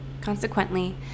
Consequently